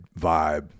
vibe